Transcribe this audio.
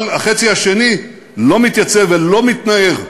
אבל החצי השני לא מתייצב ולא מתנער,